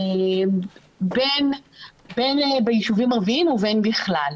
בין ביישובים ערביים ובין בכלל.